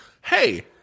Hey